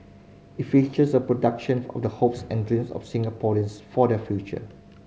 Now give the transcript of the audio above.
it features a production of the hopes and dreams of Singaporeans for their future